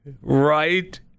right